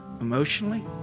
emotionally